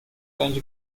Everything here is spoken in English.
french